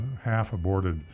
half-aborted